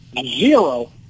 Zero